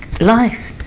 life